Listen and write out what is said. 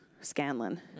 Scanlon